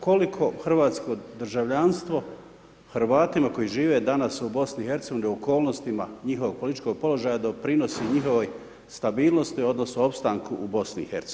Koliko hrvatsko državljanstvo, Hrvatima koji žive danas u BIH u okolnostima njihovog političkog položaja doprinosi njihovoj stabilnosti, odnosno, opstanku u BIH.